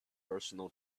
personal